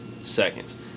seconds